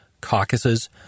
caucuses